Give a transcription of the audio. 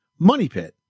MONEYPIT